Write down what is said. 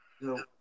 No